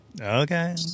Okay